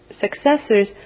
successors